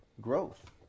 growth